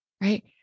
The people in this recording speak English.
Right